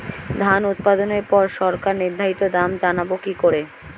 ধান উৎপাদনে পর সরকার নির্ধারিত দাম জানবো কি করে?